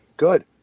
good